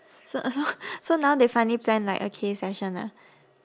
so so so now they finally plan like a K session ah